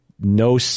no